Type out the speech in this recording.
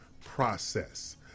process